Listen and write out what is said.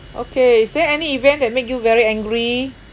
okay is there any event that make you very angry